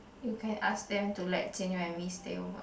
you can ask them to let Jian-You and me stay over